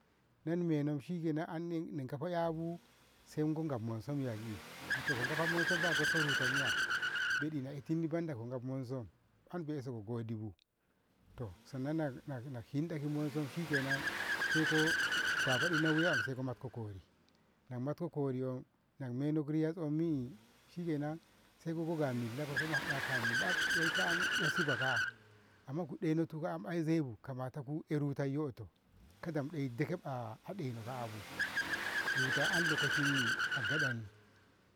nani meno shikenan anni ingafa 'yabu sai in gaf moisum yagi, ahto ko gafa moisum ba gotko ruta miya? ɓeɗi na itinni banda ko gofa moisum han ɓe'ina ko godibu to sannan na- na- nako inɗeno ki monsum shikenan saiko babaɗi nawuyo am saiko matko kori, nako matko koriyo, nako meno ki riyammi shikenan saiko ga milla kosoma hada af eh ka am yasiba ka'a amma ku ɗenotku ka'a ai zaibu kamata ku eh ruta yoto karmu ɗe dagaɓa a ɗeno ka'abu ruta an lokashinni agaɗanni.